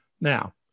Now